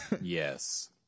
yes